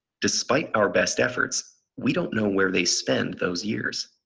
despite our best efforts we don't know where they spend those years.